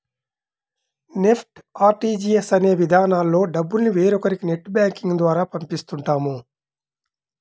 NEFT, RTGS అనే విధానాల్లో డబ్బుల్ని వేరొకరికి నెట్ బ్యాంకింగ్ ద్వారా పంపిస్తుంటాం